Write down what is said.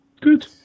Good